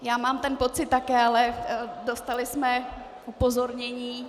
Já mám ten pocit také, ale dostala jsem upozornění.